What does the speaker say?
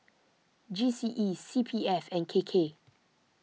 G C E C P F and K K